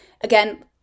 again